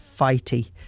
Fighty